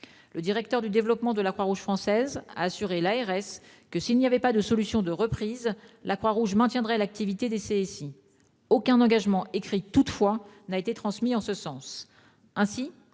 Le directeur du développement de la Croix-Rouge française a assuré à l'ARS qu'en l'absence de solutions de reprise, la Croix-Rouge maintiendrait l'activité des CSI. Aucun engagement écrit n'a toutefois été transmis en ce sens.